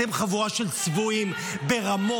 אתם חבורה של צבועים ברמות,